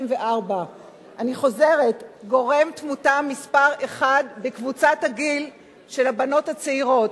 24. אני חוזרת: גורם תמותה מספר אחת בקבוצת הגיל של הבנות הצעירות,